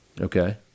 Okay